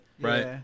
right